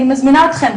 אני מזמינה אתכם,